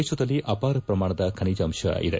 ದೇಶದಲ್ಲಿ ಅಪಾರ ಪ್ರಮಾಣದ ಖನಿಜಾಂಶವಿದೆ